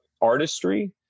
artistry